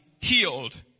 healed